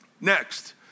next